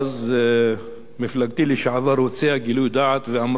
אז מפלגתי לשעבר הוציאה גילוי-דעת ואמרה: